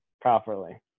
properly